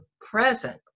present